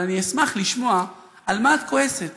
אבל אני אשמח לשמוע על מה את כועסת.